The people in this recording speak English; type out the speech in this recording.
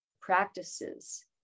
practices